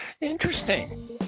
Interesting